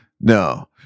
no